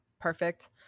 perfect